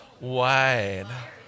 wide